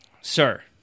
sir